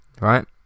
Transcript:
Right